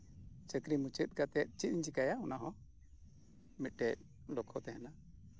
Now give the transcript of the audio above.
ᱪᱟᱹᱠᱨᱤ ᱢᱩᱪᱟᱹᱫ ᱠᱟᱛᱮᱫ ᱪᱮᱫ ᱤᱧ ᱪᱤᱠᱟᱹᱭᱟ ᱚᱱᱟ ᱦᱚᱸ ᱢᱤᱫᱴᱮᱱ ᱞᱚᱠᱠᱷᱚ ᱛᱟᱸᱦᱮᱱᱟ